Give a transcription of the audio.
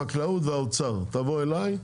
החקלאות והאוצר תבואו אליי,